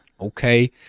Okay